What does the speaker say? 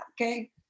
okay